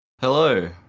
Hello